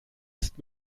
ist